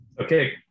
Okay